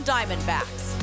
Diamondbacks